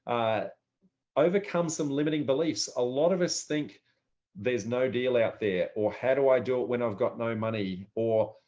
ah overcome some limiting beliefs. a lot of us think there's no deal out there, or how do i do it when i've got no money or,